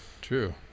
true